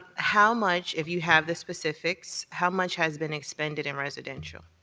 how much if you have the specifics, how much has been expended in residential?